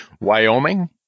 Wyoming